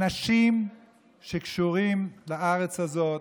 אנשים שקשורים בארץ הזאת,